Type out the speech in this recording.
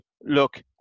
look